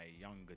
younger